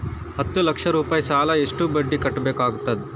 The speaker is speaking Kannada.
ಹತ್ತ ಲಕ್ಷ ರೂಪಾಯಿ ಸಾಲಕ್ಕ ಎಷ್ಟ ಬಡ್ಡಿ ಕಟ್ಟಬೇಕಾಗತದ?